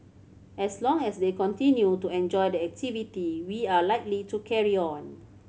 as long as they continue to enjoy the activity we are likely to carry on